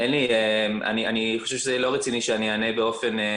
אני חושב שזה לא רציני שאני אענה באופן